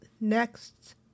next